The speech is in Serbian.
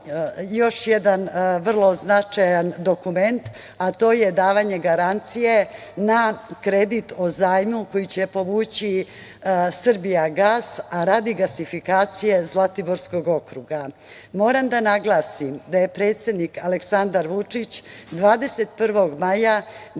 još jedan vrlo značajan dokument, a to je davanje garancije na kredit o zajmu koji će povući „Srbijagas“, a radi gasifikacije Zlatiborskog okruga. Moram da naglasim da je predsednik Aleksandar Vučić 21. maja